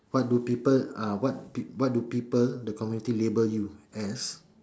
what do people uh what pe~ what do people the community label you as